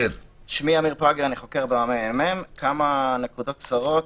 אני חוקר ב-מ.מ.מ ואציין כמה נקודות קצרות.